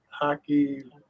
Hockey